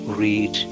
read